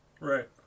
Right